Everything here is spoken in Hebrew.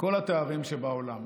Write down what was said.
כל התארים שבעולם.